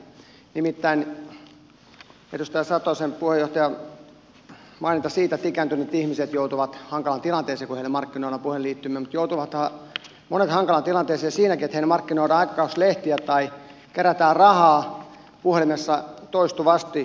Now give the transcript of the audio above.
nimittäin edustaja satosen puheenjohtajan maininta siitä että ikääntyneet ihmiset joutuvat hankalaan tilanteeseen kun heille markkinoidaan puhelinliittymiä mutta joutuvathan monet hankalaan tilanteeseen siinäkin että heille markkinoidaan aikakausilehtiä tai kerätään rahaa puhelimessa toistuvasti